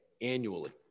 annually